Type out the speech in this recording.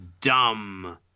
dumb